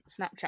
Snapchat